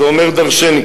זה אומר דורשני.